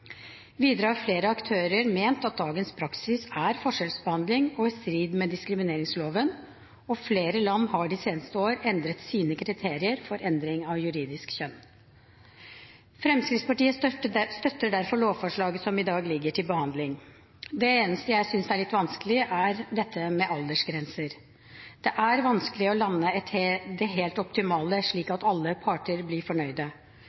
Videre har flere aktører ment at dagens praksis er forskjellsbehandling og i strid med diskrimineringsloven, og flere land har de seneste år endret sine kriterier for endring av juridisk kjønn. Fremskrittspartiet støtter lovforslaget som i dag ligger til behandling. Det eneste jeg synes er litt vanskelig, er dette med aldersgrenser. Det er vanskelig å lande det helt optimale slik at alle parter blir